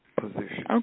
position